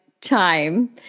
time